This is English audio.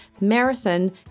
marathon